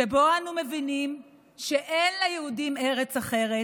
שבו אנו מבינים שאין ליהודים ארץ אחרת